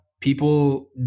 people